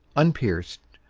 unpierced,